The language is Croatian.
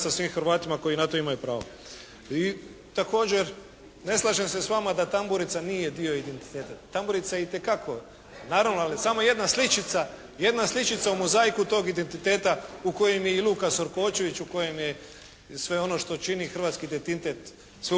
svim Hrvatima koji na to imaju pravo. I također, ne slažem se s vama da tamburica nije dio identiteta. Tamburica je itekako, naravno ali samo jedna sličica, jedna sličica u mozaiku tog identiteta u kojem je i Luka Sorkočević, u kojem je sve ono što čini hrvatski identitet sveukupno.